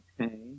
okay